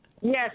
Yes